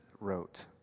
wrote